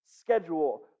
schedule